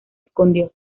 escondió